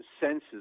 senses